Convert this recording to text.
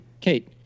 Kate